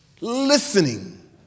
listening